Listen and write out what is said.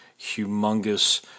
humongous